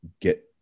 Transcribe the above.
get